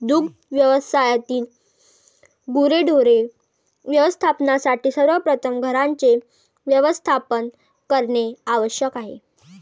दुग्ध व्यवसायातील गुरेढोरे व्यवस्थापनासाठी सर्वप्रथम घरांचे व्यवस्थापन करणे आवश्यक आहे